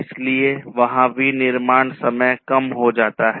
इसलिए वहाँ विनिर्माण समय कम हो जाता है